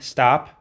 Stop